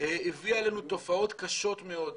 הביא עלינו תופעות קשות מאוד.